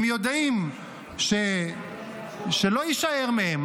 הם יודעים שלא יישאר מהם.